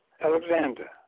Alexander